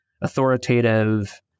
authoritative